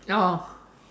oh